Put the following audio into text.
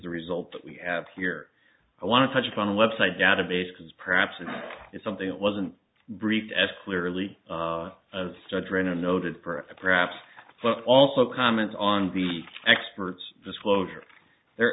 the result that we have here i want to touch upon website database because perhaps it is something that wasn't briefed as clearly a start drennan noted for perhaps but also comments on the experts disclosure their